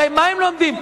הרי מה הם לומדים?